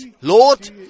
Lord